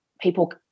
people